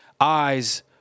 Eyes